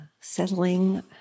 settling